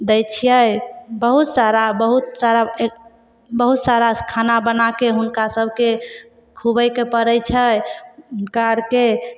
दै छिए बहुत सारा बहुत सारा ए बहुत सारा खाना बनाकऽ हुनकासभके खुआबैके पड़ै छै हुनका आओरके